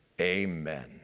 Amen